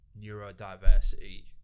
neurodiversity